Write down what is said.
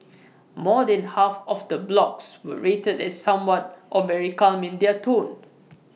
more than half of the blogs were rated as somewhat or very calm in their tone